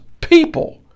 people